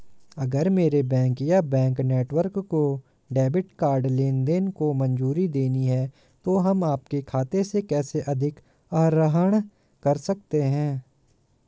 अगर मेरे बैंक या बैंक नेटवर्क को डेबिट कार्ड लेनदेन को मंजूरी देनी है तो हम आपके खाते से कैसे अधिक आहरण कर सकते हैं?